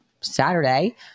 Saturday